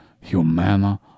humana